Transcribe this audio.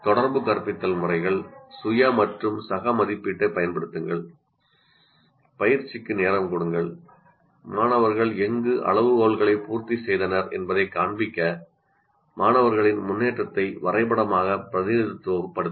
தொடர்பு கற்பித்தல் முறைகள் சுய மற்றும் சக மதிப்பீட்டைப் பயன்படுத்துங்கள் பயிற்சிக்கு நேரம் கொடுங்கள் மாணவர்கள் எங்கு அளவுகோல்களை பூர்த்தி செய்தனர் என்பதைக் காண்பிக்க மாணவர்களின் முன்னேற்றத்தை வரைபடமாக பிரதிநிதித்துவப்படுத்துங்கள்